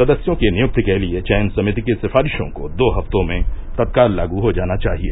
सदस्यों की नियुक्ति के लिए चयन समिति की सिफारिशों को दो हफ्तों में तत्काल लागू हो जाना चाहिए